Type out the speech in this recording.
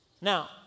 Now